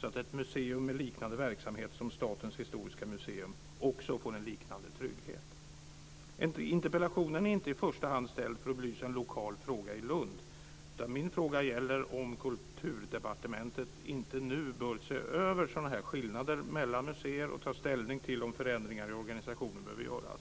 så att ett museum med en verksamhet som liknar Statens historiska museums också får en liknande trygghet? Interpellationen är inte i första hand ställd för att belysa en lokal fråga i Lund. Min fråga gäller om Kulturdepartementet inte nu borde se över sådana här skillnader mellan museer och ta ställning till om förändringar i organisationen behöver göras.